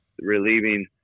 relieving